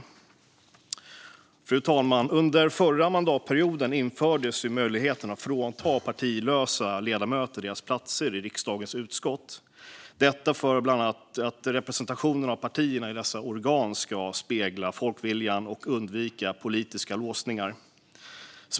Fru talman! Under den förra mandatperioden infördes möjligheten att frånta partilösa ledamöter deras platser i riksdagens utskott, detta bland annat för att representationerna av partierna i dessa organ ska spegla folkviljan och politiska låsningar undvikas.